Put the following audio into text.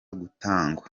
gutangwa